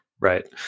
right